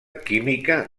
química